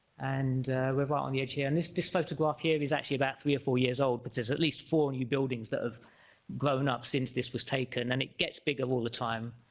and we were on the edge here and this disposed to go up here is actually about three or four years old but there's at least four new buildings that have grown up since this was taken and it gets bigger all the time